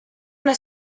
una